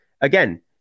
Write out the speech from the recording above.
again